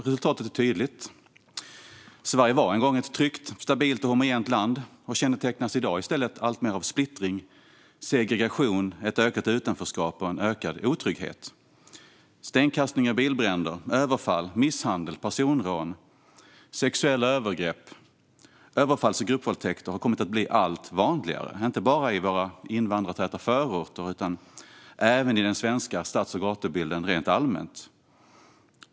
Resultatet är tydligt: Sverige var en gång ett tryggt, stabilt och homogent land men kännetecknas i dag i stället alltmer av splittring, segregation, ett ökat utanförskap och en ökad otrygghet. Stenkastningar, bilbränder, överfall, misshandel, personrån, sexuella övergrepp, överfalls och gruppvåldtäkter har kommit att bli allt vanligare - inte bara i våra invandrartäta förorter utan även i den svenska stads och gatubilden rent allmänt.